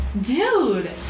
Dude